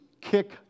kick